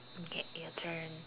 okay your turn